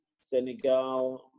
Senegal